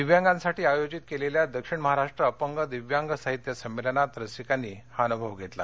दिव्यांगांसाठी आयोजित केलेल्या दक्षिण महाराष्ट्र अपंग दिव्यांग साहित्य संमेलनात रसिकांनी हा अनुभव घेतला